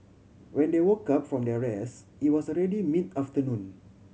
when they woke up from their rest it was already mid afternoon